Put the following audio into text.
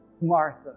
Martha